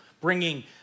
bringing